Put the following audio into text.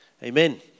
Amen